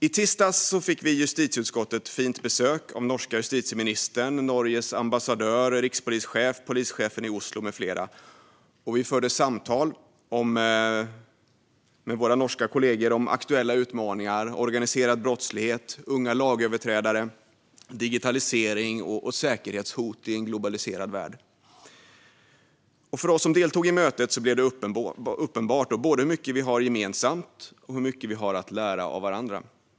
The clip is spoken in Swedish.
I tisdags fick vi i justitieutskottet fint besök av den norska justitieministern, Norges ambassadör, rikspolischefen och polischefen i Oslo med flera. Vi förde samtal med våra norska kollegor om aktuella utmaningar som organiserad brottslighet, unga lagöverträdare, digitalisering och säkerhetshot i en globaliserad värld. För oss som deltog i mötet blev det uppenbart både hur mycket vi har gemensamt och hur mycket vi har att lära av varandra.